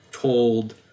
told